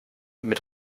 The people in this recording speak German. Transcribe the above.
mit